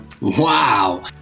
wow